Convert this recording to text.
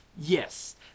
Yes